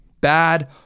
Bad